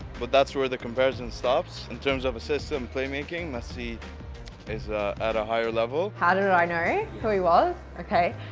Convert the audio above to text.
but that's where the comparison stops. in terms of assists and playmaking, messi is at a higher level. how did i know who he was? okay,